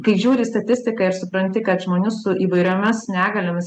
kai žiūri statistiką ir supranti kad žmonių su įvairiomis negaliomis